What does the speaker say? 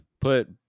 Put